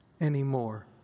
anymore